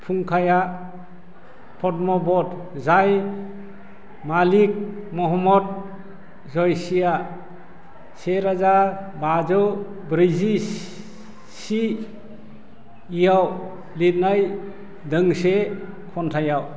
फुंखाया पद्मावत जाय मलिक मुहम्मद जायसीया सेरोजा बाजौ ब्रैजिसेयाव लिरनाय दोंसे खनथाय